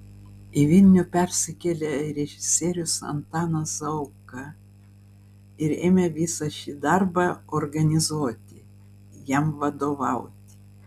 į vilnių persikėlė režisierius antanas zauka ir ėmė visą šį darbą organizuoti jam vadovauti